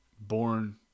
born